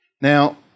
Now